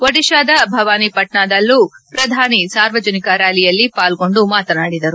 ಒಡಿಶಾದ ಭವಾನಿಪಟ್ನಾದಲ್ಲೂ ಪ್ರಧಾನಿ ಸಾರ್ವಜನಿಕ ಯಾಲಿಯಲ್ಲಿ ಪಾಲ್ಗೊಂಡು ಮಾತನಾಡಿದರು